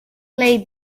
laid